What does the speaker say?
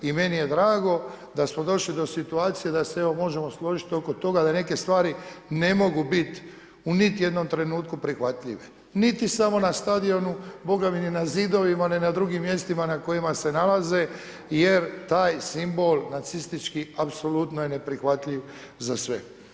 I meni je drago da smo došli do situacije da se evo možemo složiti oko toga da neke stvari ne mogu biti u niti jednom trenutku prihvatljive, niti samo na stadionu, … ni na zidovima ni na drugim mjestima na kojima se nalaze jer taj simbol nacistički apsolutno je neprihvatljiv za sve.